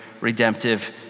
redemptive